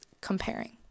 comparing